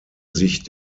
sich